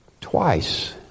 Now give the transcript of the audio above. twice